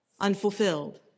unfulfilled